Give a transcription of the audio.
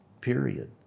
period